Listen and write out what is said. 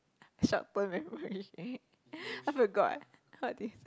short term memory I forgot what did